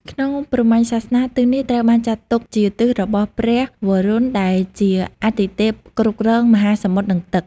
ក្នុងព្រហ្មញ្ញសាសនា ទិសនេះត្រូវបានចាត់ទុកជាទិសរបស់ ព្រះវរុណ ដែលជាអាទិទេពគ្រប់គ្រងមហាសមុទ្រនិងទឹក។